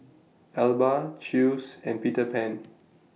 Alba Chew's and Peter Pan